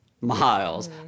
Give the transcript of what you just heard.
miles